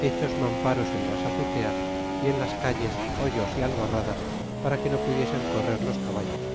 hechos mamparos en las azuteas y en las calles hoyos y albarradas para que no pudiesen correr los caballos